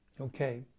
okay